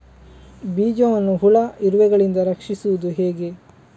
ಬೀಜವನ್ನು ಹುಳ, ಇರುವೆಗಳಿಂದ ರಕ್ಷಿಸುವುದು ಹೇಗೆ?